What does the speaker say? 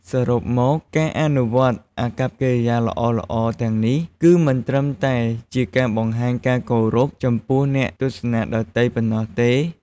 សរុបមក ការអនុវត្តអាកប្បកិរិយាល្អៗទាំងនេះ គឺមិនត្រឹមតែជាការបង្ហាញការគោរពចំពោះអ្នកទស្សនាដទៃប៉ុណ្ណោះទេ។